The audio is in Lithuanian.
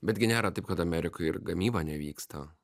bet gi nėra taip kad amerikoj ir gamyba nevyksta